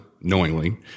knowingly